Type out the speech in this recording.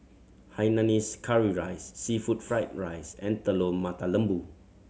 hainanese curry rice seafood fried rice and Telur Mata Lembu